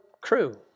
Crew